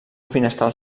finestral